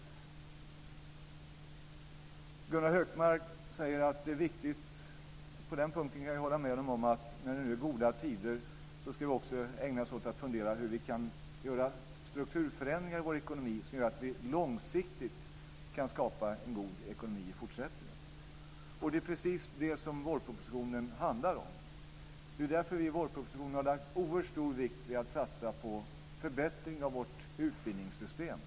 Gunnar Hökmark säger att det är viktigt - och på den punkten kan jag hålla med honom - att när det nu är goda tider ska vi också ägna oss åt att fundera över hur vi kan göra strukturförändringar i vår ekonomi som gör att vi långsiktigt kan skapa en god ekonomi i fortsättningen. Det är precis det som vårpropositionen handlar om. Det är därför som vi i vårpropositionen har lagt oerhörd stor vikt vid att satsa på förbättring av vårt utbildningssystem.